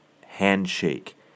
handshake